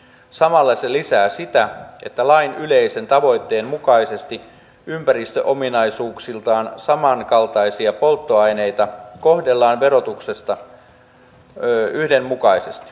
samalla se lisää sitä että lain yleisen tavoitteen mukaisesti ympäristöominaisuuksiltaan samankaltaisia polttoaineita kohdellaan verotuksessa yhdenmukaisesti